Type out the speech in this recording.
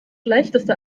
leichteste